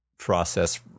process